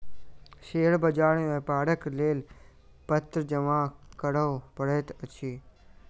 share बाजार मे व्यापारक लेल पत्र जमा करअ पड़ैत अछि